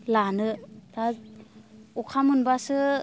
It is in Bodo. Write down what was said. लानो एबा अखा मोनब्लासो